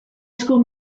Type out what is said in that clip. school